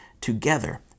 together